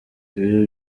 ibyo